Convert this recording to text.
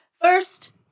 First